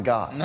God